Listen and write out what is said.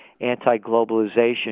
anti-globalization